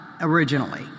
originally